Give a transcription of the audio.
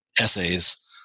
essays